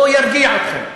או ירגיע אתכם.